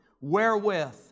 wherewith